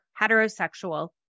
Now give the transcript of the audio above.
heterosexual